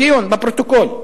בדיון, בפרוטוקול.